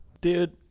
dude